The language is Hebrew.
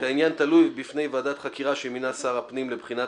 העניין תלוי בפני ועדת חקירה שמינה שר הפנים לבחינת